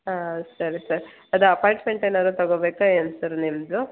ಹಾಂ ಸರಿ ಸರ್ ಅದು ಅಪಾಯಿಂಟ್ಮೆಂಟ್ ಏನಾದರೂ ತಗೊಬೇಕಾ ಏನು ಸರ್ ನಿಮ್ಮದು